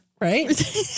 right